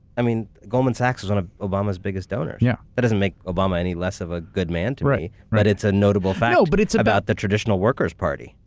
i mean goldman sachs was one of obama's biggest donors. yeah. that doesn't make obama any less of a good man to me, but it's a notable fact but about the traditional worker's party.